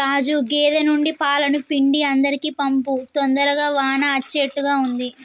రాజు గేదె నుండి పాలను పిండి అందరికీ పంపు తొందరగా వాన అచ్చేట్టుగా ఉంది